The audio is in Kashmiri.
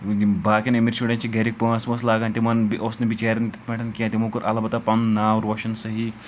یِم باقیَن أمیٖر شُرٮ۪ن چھِ گَرِکۍ پۄنٛسہٕ وۄنٛسہٕ لاگان تِمَن اوس نہٕ بِچارٮ۪ن تِتھ پٲٹھٮۍ کینٛہہ تِمو کوٚر البتہ پَنُن ناو روشَن صحیح